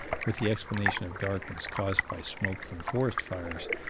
with the explanation of darkness caused by smoke from forest fires,